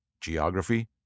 geography